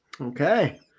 Okay